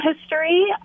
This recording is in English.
history